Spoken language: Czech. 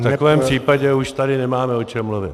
V takovém případě už tady nemáme o čem mluvit.